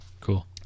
Cool